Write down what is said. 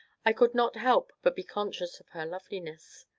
i could not help but be conscious of her loveliness.